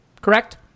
Correct